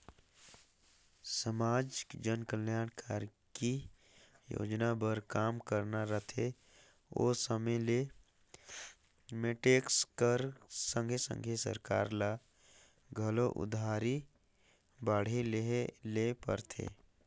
समाज जनकलयानकारी सोजना बर काम करना रहथे ओ समे में टेक्स कर संघे संघे सरकार ल घलो उधारी बाड़ही लेहे ले परथे